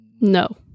no